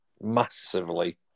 massively